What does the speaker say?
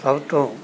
ਸਭ ਤੋਂ